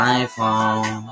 iPhone